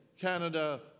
Canada